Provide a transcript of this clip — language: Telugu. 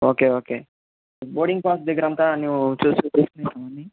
ఓకే ఓకే బోర్డింగ్ పాస్ దగ్గర అంత నువ్వు చూసు చూసుకున్నావా